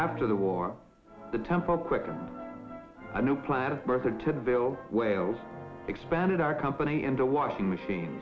after the war the temple quicker a new plan of birth and to build wales expanded our company and a washing machine